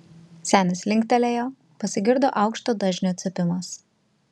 senis linktelėjo pasigirdo aukšto dažnio cypimas